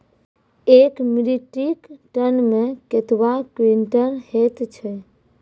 एक metric tonne मे कतवा क्वींटल हैत छै?